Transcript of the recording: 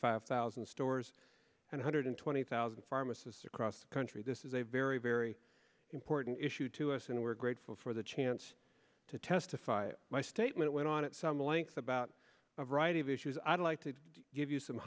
five thousand stores and hundred twenty thousand pharmacists across the country this is a very very important issue to us and we're grateful for the chance to testify my statement went on at some length about a variety of issues i'd like to give you some